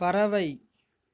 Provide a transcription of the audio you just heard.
பறவை